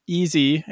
easy